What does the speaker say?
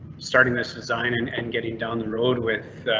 starting this design and and getting down the road with.